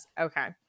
Okay